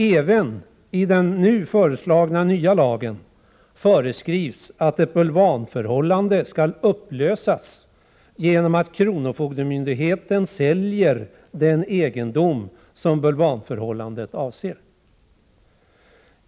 Även i den nu föreslagna nya lagen föreskrivs att ett bulvanförhållande skall upplösas genom att kronofogdemyndigheten säljer den egendom som bulvanförhållandet avser.